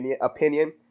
opinion